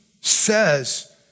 says